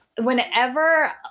Whenever